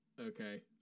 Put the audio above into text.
okay